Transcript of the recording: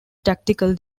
tactical